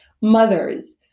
Mothers